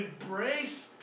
embrace